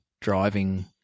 driving